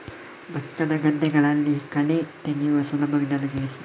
ಭತ್ತದ ಗದ್ದೆಗಳಲ್ಲಿ ಕಳೆ ತೆಗೆಯುವ ಸುಲಭ ವಿಧಾನ ತಿಳಿಸಿ?